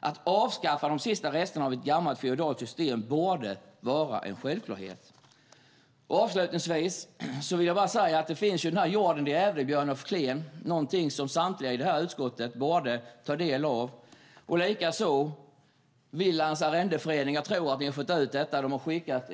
Att avskaffa de sista resterna av ett gammalt feodalt system borde vara en självklarhet. Avslutningsvis vill jag bara säga att Jorden de ärvde av Björn af Kleen är någonting samtliga i detta utskott borde ta del av. Detsamma gäller Willands Arrendeförenings skrift om just frälsebönder.